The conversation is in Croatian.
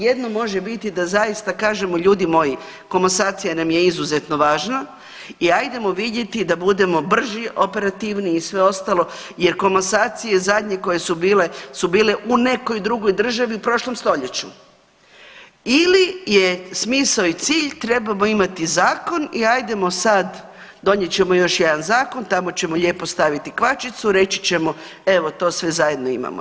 Jedno može biti da zaista kažemo ljudi moji komasacija nam je izuzetno važna i ajdemo vidjeti da budemo brži, operativniji i sve ostalo jer komasacije zadnje koje su bile su bile u nekoj drugoj državi u prošlom stoljeću ili je smisao i cilj trebamo imati zakon i ajdemo sad donijet ćemo još jedan zakon, tamo ćemo lijepo staviti kvačicu i reći ćemo evo to sve zajedno imamo.